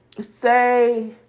say